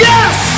Yes